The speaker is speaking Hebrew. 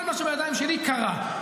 כל מה שבידיים שלי, קרה.